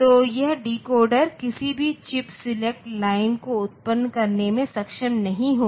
तो यह डिकोडर किसी भी चिप सेलेक्ट लाइन को उत्पन्न करने में सक्षम नहीं होगा